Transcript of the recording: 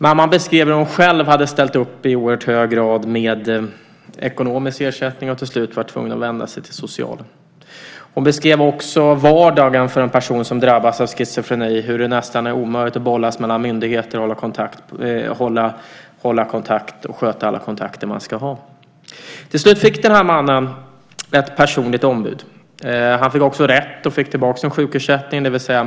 Mamman beskrev hur hon själv hade ställt upp i oerhört hög grad med ekonomisk ersättning och till slut blivit tvungen att vända sig till socialen. Hon beskrev också vardagen för en person som drabbats av schizofreni, hur det nästan är omöjligt att bollas mellan myndigheter och sköta alla kontakter man ska ha. Till slut fick den här mannen ett personligt ombud. Han fick också rätt och fick tillbaka sin sjukersättning.